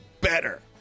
better